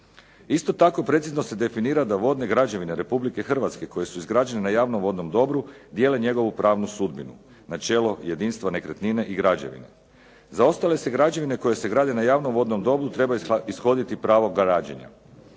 Isto tako precizno se definira da vodne građevine RH koje su izgrađene na javnom vodnom dobru dijele njegovu pravnu sudbinu na čelo jedinstvo nekretnine i građevine. Za ostale se građevine koje se grade na javnom vodnom dobru treba ishoditi pravo građenja.